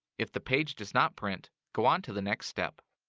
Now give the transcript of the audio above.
if the page does not print, go on to the next step.